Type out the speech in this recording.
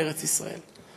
בארץ ישראל.